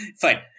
fine